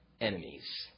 Enemies